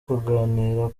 kuganira